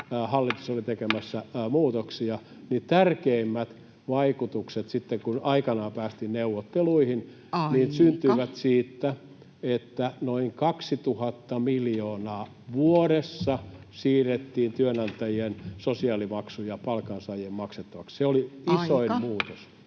Hallitus oli tekemässä muutoksia. Tärkeimmät vaikutukset sitten, kun aikanaan päästiin neuvotteluihin, [Puhemies: Aika!] syntyivät siitä, että siirrettiin noin 2 000 miljoonaa vuodessa työnantajien sosiaalimaksuja palkansaajien maksettavaksi. Se oli isoin